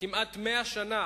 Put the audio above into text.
כמעט 100 שנה